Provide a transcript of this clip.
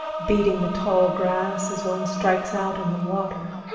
beating the tall grass as one strikes out in the water.